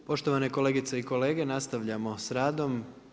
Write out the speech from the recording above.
Poštovane kolegice i kolege nastavljamo sa radom.